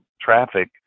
traffic